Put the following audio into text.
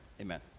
Amen